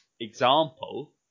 example